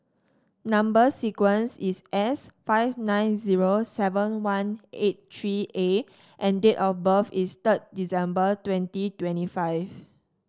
number sequence is S five nine zero seven one eight three A and date of birth is third December twenty twenty five